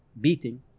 beating